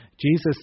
Jesus